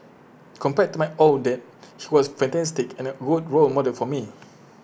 compared to my own dad he was fantastic and A good role model for me